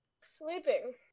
sleeping